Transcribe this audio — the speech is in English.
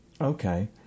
Okay